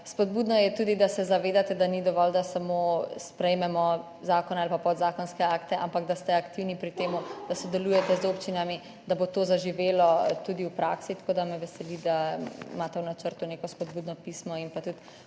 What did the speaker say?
Spodbudno je tudi, da se zavedate, da ni dovolj, da samo sprejmemo zakone ali pa podzakonske akte, ampak da ste aktivni pri tem, da sodelujete z občinami, da bo to zaživelo tudi v praksi, tako da me veseli, da imate v načrtu neko spodbudno pismo in tudi